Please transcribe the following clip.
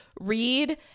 read